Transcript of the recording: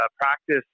practice